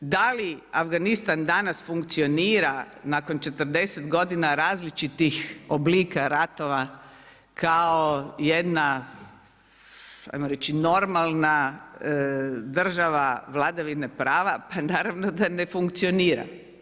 Da li Afganistan danas funkcionira nakon 40 godina različitih oblika ratova kao jedna ajmo reći normalna država vladavine prava, pa naravno da ne funkcionira.